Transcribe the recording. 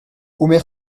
omer